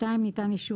בסעיף (2) יש שינוי